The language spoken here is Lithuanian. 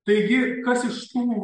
taigi kas iš tų